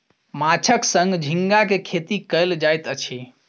माँछक संग झींगा के खेती कयल जाइत अछि